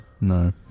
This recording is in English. no